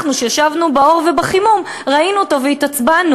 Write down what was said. אנחנו, שישבנו באור ובחימום, ראינו אותו והתעצבנו.